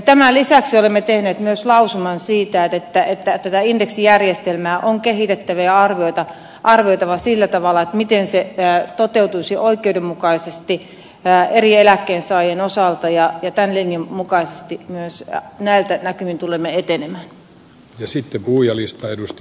tämän lisäksi olemme tehneet myös lausuman siitä että tätä indeksijärjestelmää on kehitettävä ja arvioitava sillä tavalla miten se toteutuisi oikeudenmukaisesti eri eläkkeensaajien osalta ja tämän linjan mukaisesti myös näillä näkymin tulemme etenemään